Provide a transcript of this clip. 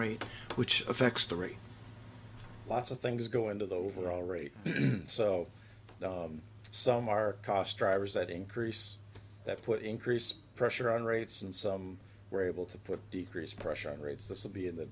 rate which affects the rate lots of things go into the overall rate so some are cost drivers that increase that put increased pressure on rates and some were able to put decrease pressure on rates that's a b in the